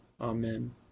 Amen